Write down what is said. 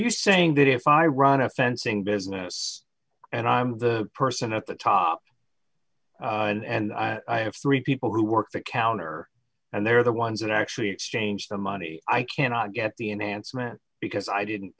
you're saying that if i run a fencing business and i'm the person at the top and i have three people who work the counter and they're the ones that actually change the money i cannot get the enhancement because i didn't